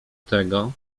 tego